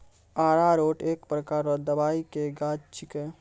अरारोट एक प्रकार रो दवाइ के गाछ छिके